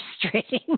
frustrating